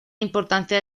importancia